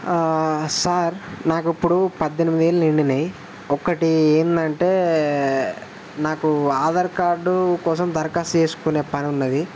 sir నాకు ఇప్పుడు పద్దెనిమిది ఏళ్ళు నిండినయి ఒకటి ఏందంటే నాకు ఆధార్ కార్డు కోసం దరఖాస్తు చేసుకునే పని ఉన్నది